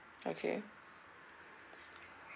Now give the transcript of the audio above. okay